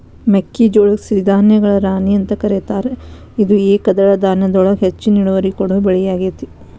ಮೆಕ್ಕಿಜೋಳಕ್ಕ ಸಿರಿಧಾನ್ಯಗಳ ರಾಣಿ ಅಂತ ಕರೇತಾರ, ಇದು ಏಕದಳ ಧಾನ್ಯದೊಳಗ ಹೆಚ್ಚಿನ ಇಳುವರಿ ಕೊಡೋ ಬೆಳಿಯಾಗೇತಿ